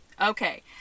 Okay